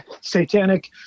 satanic